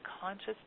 conscious